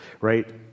right